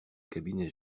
cabinet